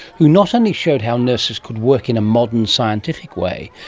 who not only showed how nurses could work in a modern scientific way,